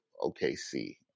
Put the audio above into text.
OKC